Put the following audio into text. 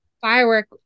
Firework